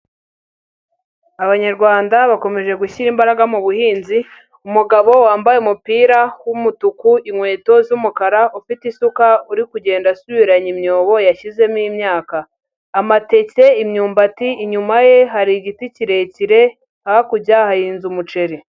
Abanyarwanda bakomeje gushyira imbaraga mu buhinzi, umugabo wambaye umupira w'umutuku inkweto z'umukara ufite isuka uri kugenda asubiranya imyobo yashizemo imyaka. Amateke, imyumbati, inyuma ye hari igiti kirekire, hakurya hahinze umuceri.